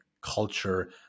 culture